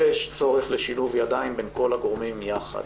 יש צורך בשילוב ידיים בין כל הגורמים יחד.